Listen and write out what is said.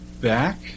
back